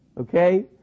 Okay